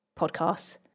podcasts